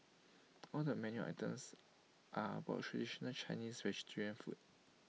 all the menu items are about traditional Chinese vegetarian food